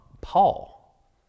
Paul